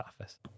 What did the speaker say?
office